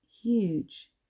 huge